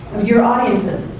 your audiences.